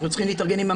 ההסתייגות?